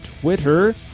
Twitter